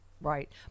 right